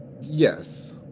Yes